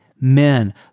men